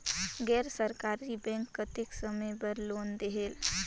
गैर सरकारी बैंक कतेक समय बर लोन देहेल?